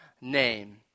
name